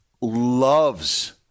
loves